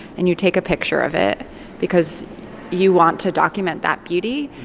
and you take a picture of it because you want to document that beauty,